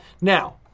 Now